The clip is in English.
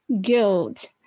guilt